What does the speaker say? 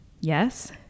Yes